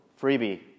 freebie